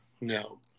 No